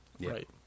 Right